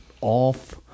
off